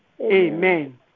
Amen